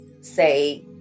say